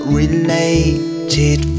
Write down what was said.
related